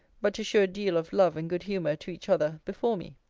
but to shew a deal of love and good-humour to each other before me.